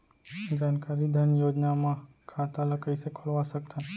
जानकारी धन योजना म खाता ल कइसे खोलवा सकथन?